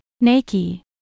Nike